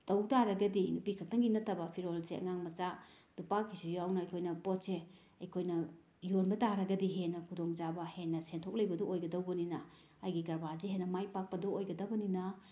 ꯇꯧ ꯇꯥꯔꯒꯗꯤ ꯅꯨꯄꯤ ꯈꯛꯇꯪꯒꯤ ꯅꯠꯇꯕ ꯐꯤꯔꯣꯜꯁꯦ ꯑꯉꯥꯡ ꯃꯆꯥ ꯅꯨꯄꯥꯒꯤꯁꯨ ꯌꯥꯎꯅ ꯑꯩꯈꯣꯏꯅ ꯄꯣꯠꯁꯦ ꯑꯩꯈꯣꯏꯅ ꯌꯣꯟꯕ ꯇꯥꯔꯒꯗꯤ ꯍꯦꯟꯅ ꯈꯨꯗꯣꯡꯆꯥꯕ ꯍꯦꯟꯅ ꯁꯦꯟꯊꯣꯛ ꯂꯩꯕꯗꯨ ꯑꯣꯏꯒꯗꯧꯕꯅꯤꯅ ꯑꯩꯒꯤ ꯀꯔꯕꯥꯔꯁꯤ ꯍꯦꯟꯅ ꯃꯥꯏ ꯄꯥꯛꯄꯗꯣ ꯑꯣꯏꯒꯗꯕꯅꯤꯅ